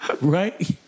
right